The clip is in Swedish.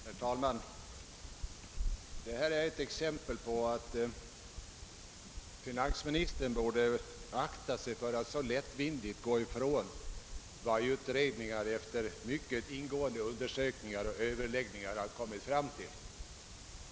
Herr talman! Traktorskatten är ett belägg på att finansministern borde akta sig för att lättvindigt gå ifrån vad utredningar efter ett mycket grundligt arbete kommit fram till.